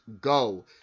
Go